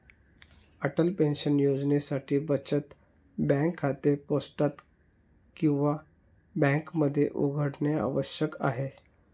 Atal pension योजनेसाठी बचत bank खाते पोस्टात किंवा बँकेमध्ये उघडणे आवश्यक आहे